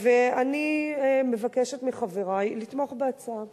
אני מבקשת מחברי לתמוך בהצעה.